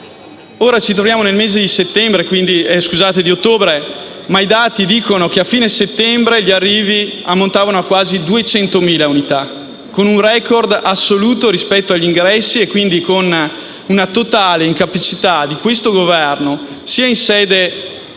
Ora ci troviamo nel mese di ottobre, ma i dati dicono che a fine settembre gli arrivi ammontavano a quasi 200.000 unità, con un *record* assoluto rispetto agli ingressi e quindi con una totale incapacità di questo Governo, sia in sede italiana